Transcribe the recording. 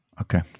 Okay